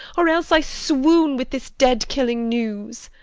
or else i swoon with this dead-killing news!